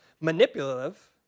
manipulative